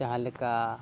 ᱡᱟᱦᱟᱸ ᱞᱮᱠᱟ